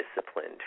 disciplined